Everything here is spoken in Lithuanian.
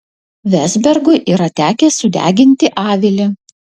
vezbergui yra tekę sudeginti avilį